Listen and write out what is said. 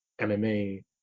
MMA